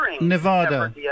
nevada